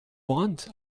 want